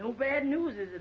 no bad news is